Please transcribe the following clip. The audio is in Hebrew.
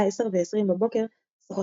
בשעות הערב נוספה הרצועה "האנשים של המוזיקה" ובה